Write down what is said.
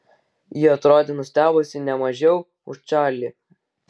ji atrodė nustebusi ne mažiau už čarlį